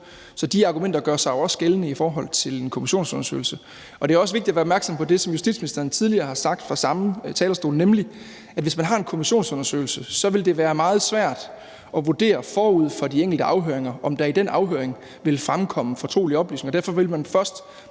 Så de argumenter gør sig jo også gældende i forhold til en kommissionsundersøgelse. Og det er også vigtigt at være opmærksom på det, som justitsministeren tidligere har sagt fra den samme talerstol, nemlig at det, hvis man har en kommissionsundersøgelse, så vil være meget svært forud for de enkelte afhøringer at vurdere, om der i den afhøring vil fremkomme fortrolige oplysninger, og at man derfor